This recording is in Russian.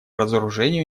разоружению